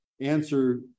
answer